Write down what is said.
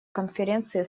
конференции